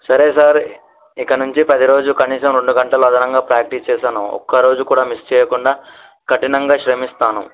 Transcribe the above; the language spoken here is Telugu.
సరే సార్ ఇక నుంచి ప్రతి రోజు కనీసం రెండు గంటలు అదనంగా ప్రాక్టీస్ చేస్తాను ఒక్క రోజు కూడా మిస్ చేయకుండా కఠినంగా శ్రమిస్తాను